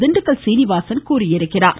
திண்டுக்கல் சீனிவாசன் தெரிவித்துள்ளார்